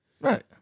Right